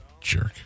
Jerk